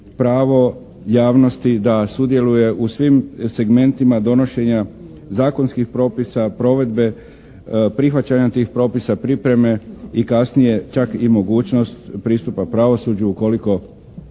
pravo javnosti da sudjeluje u svim segmentima donošenja zakonskih propisa, provedbe, prihvaćanja tih propisa, pripreme i kasnije čak i mogućnost pristupa pravosuđu ukoliko